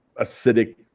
acidic